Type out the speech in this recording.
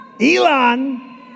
Elon